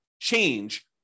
change